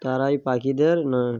তারাই পাখিদের না